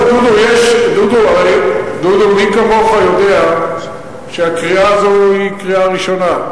דודו, מי כמוך יודע שהקריאה הזו היא קריאה ראשונה.